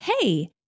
Hey